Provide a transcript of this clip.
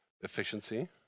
efficiency